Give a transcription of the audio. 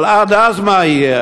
אבל עד אז מה יהיה?